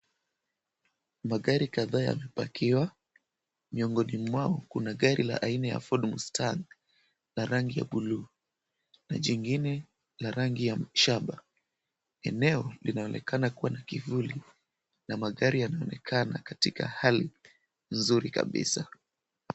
Magari kadhaa yamepackiwa miongoni mwao kuna gari la aina ya Ford Mustan la rangi ya buluu na jingine la rangi ya mshaba. Eneo linaonekana kuwa na kivuli na magari yanaonekana katika hali nzuri kabisa.